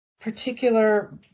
particular